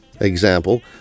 example